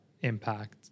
impact